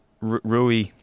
Rui